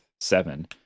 seven